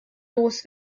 los